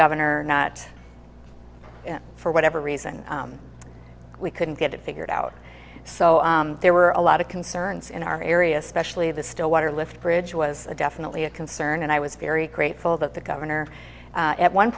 governor not for whatever reason we couldn't get it figured out so there were a lot of concerns in our area especially the stillwater lift bridge was definitely a concern and i was very grateful that the governor at one